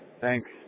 Thanks